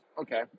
Okay